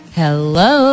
hello